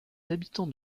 habitants